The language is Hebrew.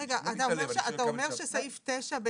כמה נשאר בסעיף 9?